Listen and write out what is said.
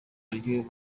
ry’uyu